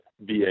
VA